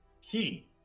Key